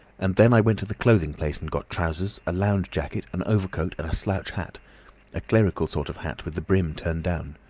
and then i went to the clothing place and got trousers, a lounge jacket, an overcoat and a slouch hat a clerical sort of hat with the brim turned down.